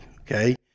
Okay